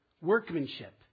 workmanship